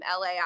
LA